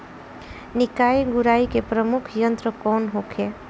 निकाई गुराई के प्रमुख यंत्र कौन होखे?